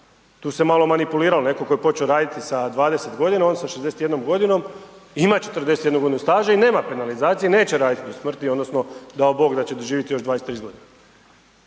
Tu se malo manipuliralo. Netko tko je počeo raditi sa 20 godina on sa 61 godinom ima 41 godinu staža i nema penalizacije, neće raditi do smrti, odnosno dao bog da će doživjeti još 20, 30 godina.